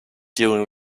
during